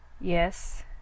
Yes